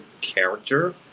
character